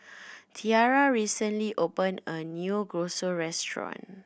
Tiarra recently opened a new restaurant